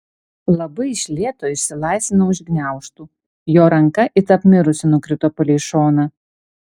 labai iš lėto išsilaisvinau iš gniaužtų jo ranka it apmirusi nukrito palei šoną